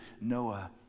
Noah